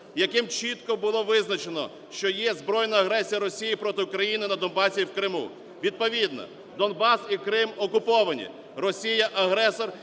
яким чітко було визначено, що є збройна агресія Росії проти України на Донбасі і в Криму. Відповідно Донбас і Крим окуповані. Росія – агресор,